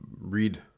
read